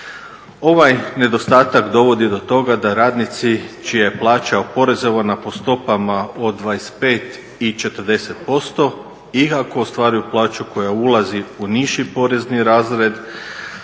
Ovaj nedostatak dovodi do toga da radnici čija je plaća oporezovana po stopama od 25 i 40% i ako ostvaruju plaću koja ulazi u niži porezni razred